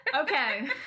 Okay